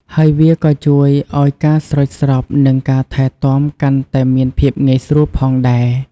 ហើយវាក៏ជួយឱ្យការស្រោចស្រព និងការថែទាំកាន់តែមានភាពងាយស្រួលផងដែរ។